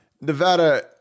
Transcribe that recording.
Nevada